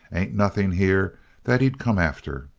ain't nothing here that he'd come after.